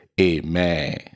Amen